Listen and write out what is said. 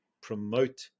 promote